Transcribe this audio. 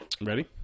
Ready